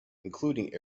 including